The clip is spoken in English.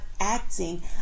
acting